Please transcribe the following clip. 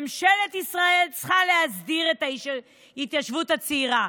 ממשלת ישראל צריכה להסדיר את ההתיישבות הצעירה.